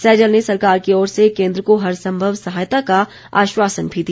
सैजल ने सरकार की ओर से केन्द्र को हर सम्भव सहायता का आश्वासन भी दिया